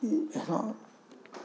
यहाँ